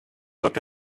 looked